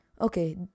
Okay